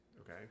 Okay